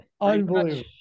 Unbelievable